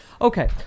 okay